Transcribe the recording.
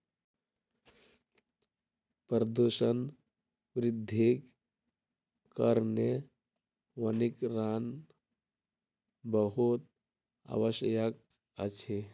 प्रदूषण वृद्धिक कारणेँ वनीकरण बहुत आवश्यक अछि